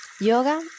Yoga